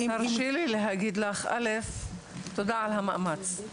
תודה על המאמץ.